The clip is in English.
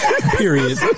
Period